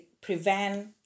prevent